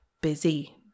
busy